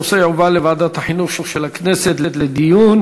הנושא יועבר לוועדת החינוך של הכנסת לדיון.